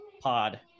pod